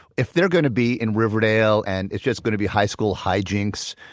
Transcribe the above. if they're going to be in riverdale, and it's just going to be high school hijinks,